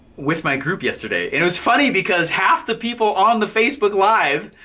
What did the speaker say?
with my group yesterday, and it was funny because half the people on the facebook live,